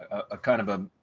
a kind of a,